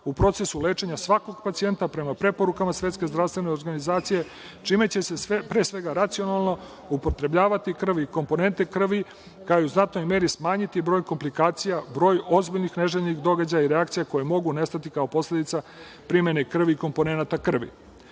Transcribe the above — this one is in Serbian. u procesu lečenja svakog pacijenta prema preporukama Svetske zdravstvene organizacije, čime će se pre svega racionalno upotrebljavati krvi i komponente krvi, kao i u znatnoj meri smanjiti broj komplikacija, broj ozbiljnih neželjenih događaja i reakcija koje mogu nastati kao posledica primene krvi i komponenata krvi. Prema